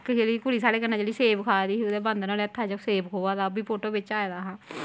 इक जेह्ड़ी कुड़ी जेह्ड़ी साढ़े कन्नै सेव खा दी ही ओह्दे बंदर नुहाड़े हत्थै बिच्चा सेव खोहा दा हा ओह् बी फोटो बिच्च आए दा हा